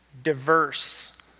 diverse